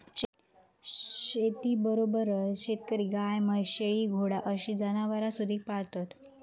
शेतीसोबतच शेतकरी गाय, म्हैस, शेळी, घोडा अशी जनावरांसुधिक पाळतत